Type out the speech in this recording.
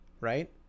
right